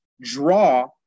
draw